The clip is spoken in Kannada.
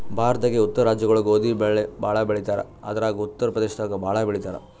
ಭಾರತದಾಗೇ ಉತ್ತರ ರಾಜ್ಯಗೊಳು ಗೋಧಿ ಬೆಳಿ ಭಾಳ್ ಬೆಳಿತಾರ್ ಅದ್ರಾಗ ಉತ್ತರ್ ಪ್ರದೇಶದಾಗ್ ಭಾಳ್ ಬೆಳಿತಾರ್